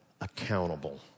accountable